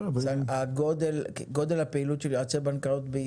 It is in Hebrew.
גודל הפעילות של יועצי משכנתאות,